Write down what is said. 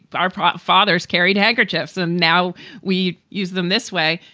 but our ah fathers carried handkerchiefs and now we use them this way.